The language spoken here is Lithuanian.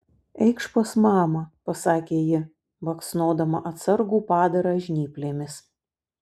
eikš pas mamą pasakė ji baksnodama atsargų padarą žnyplėmis